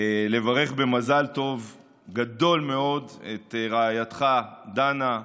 לברך במזל טוב גדול מאוד את רעייתך דנה,